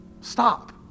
Stop